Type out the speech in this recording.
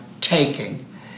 taking